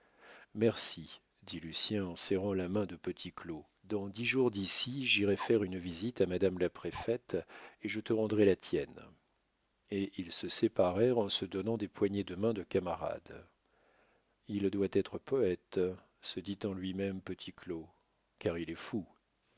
merci dit lucien en serrant la main de petit claud dans dix jours d'ici j'irai faire une visite à madame la préfète et je te rendrai la tienne et ils se séparèrent en se donnant des poignées de main de camarades il doit être poète se dit en lui-même petit claud car il est fou